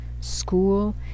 school